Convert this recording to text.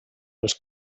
els